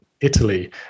Italy